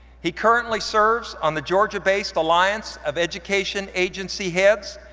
he currently serves on the georgia-based alliance of education agency heads,